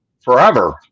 forever